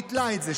היא ביטלה את זה.